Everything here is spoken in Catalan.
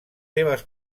seves